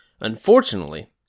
unfortunately